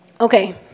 Okay